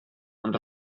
ond